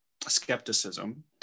skepticism